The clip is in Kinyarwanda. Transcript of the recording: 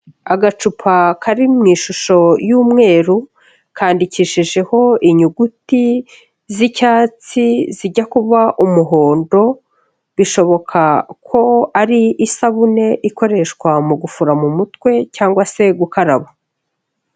Agacupa kari mu ishusho y'umweru, kandikishijeho inyuguti z'icyatsi zijya kuba umuhondo, bishoboka ko ari isabune ikoreshwa mu gufura mu mutwe cyangwa se gukaraba.